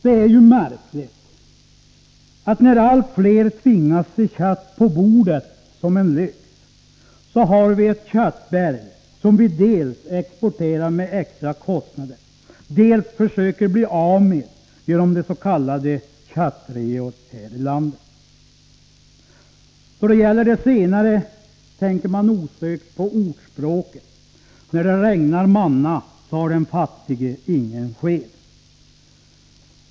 Det är ju märkligt, att när allt fler tvingas se kött på bordet som en lyx, har vi ett köttberg som vi dels exporterar med extra kostnader, dels försöker bli av med genoms.k. köttreor här i landet. Då det gäller det senare tänker man osökt på ordspråket ”när det regnar manna, har den fattige ingen sked”.